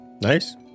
Nice